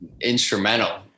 instrumental